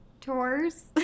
tours